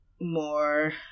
more